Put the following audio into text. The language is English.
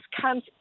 comes